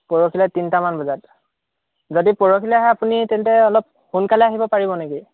পৰখিলৈ তিনিটামান বজাত যদি পৰহিলৈ আহে আপুনি তেন্তে অলপ সোনকালে আহিব পাৰিব নেকি